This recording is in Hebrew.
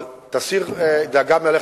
אבל תסיר דאגה מעליך.